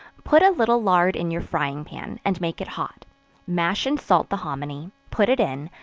put a little lard in your frying-pan, and make it hot mash and salt the hominy put it in,